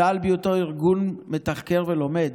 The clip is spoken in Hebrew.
צה"ל, בהיותו ארגון מתחקר ולומד,